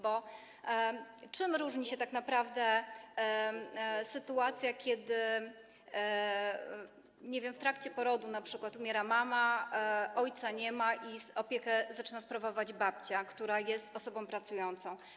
Bo czym różni się tak naprawdę sytuacja, kiedy, nie wiem, np. w trakcie porodu umiera mama, ojca nie ma i opiekę zaczyna sprawować babcia, która jest osobą pracującą?